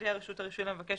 תודיע רשות הרישוי למבקש,